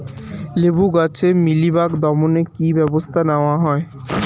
লেবু গাছে মিলিবাগ দমনে কী কী ব্যবস্থা নেওয়া হয়?